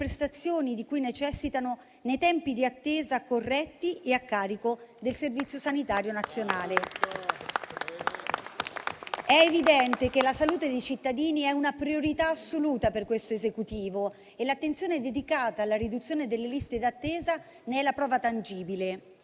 di cui necessitano nei tempi di attesa corretti e a carico del servizio sanitario nazionale. È evidente che la salute dei cittadini è una priorità assoluta per questo Esecutivo e l'attenzione dedicata alla riduzione delle liste d'attesa ne è la prova tangibile.